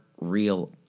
real